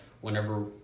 Whenever